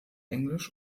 englisch